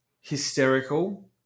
hysterical